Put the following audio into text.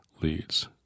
leads